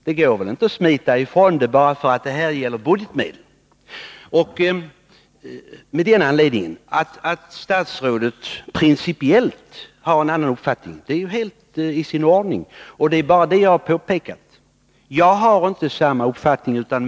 Det går inte att smita ifrån det bara för att det handlar om budgetmedel. Men att statsrådet principiellt har en annan uppfattning är i sin ordning. Jag har bara påpekat att det är fråga om en avvikelse. Jag har inte samma uppfattning.